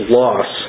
loss